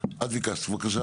כך שאין צורך בנציג.